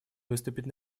выступить